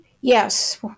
Yes